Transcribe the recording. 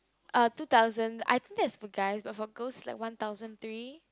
uh two thousand I think that's for guys that goes like one thousand three